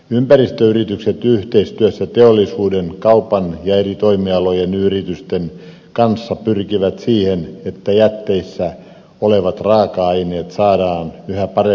ympäristöyritykset yhteistyössä teollisuuden kaupan ja eri toimialojen yritysten kanssa pyrkivät siihen että jätteissä olevat raaka aineet saadaan yhä paremmin talteen